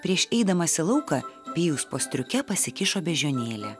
prieš eidamas į lauką pijus po striuke pasikišo beždžionėlę